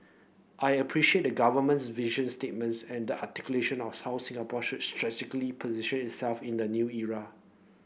I appreciate the Government's vision statements and the articulation of how Singapore should strategically position itself in the new era